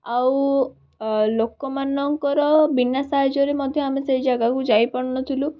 ଆଉ ଲୋକମାନଙ୍କର ବିନା ସାହାଯ୍ୟରେ ମଧ୍ୟ ଆମେ ସେହି ଜାଗାକୁ ଯାଇପାରୁନଥିଲୁ